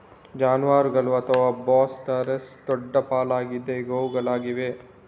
ಜಾನುವಾರುಗಳು ಅಥವಾ bos taurus ದೊಡ್ಡ ಪಳಗಿದ ಗೋವುಗಳಾಗಿವೆ